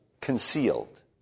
concealed